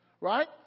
right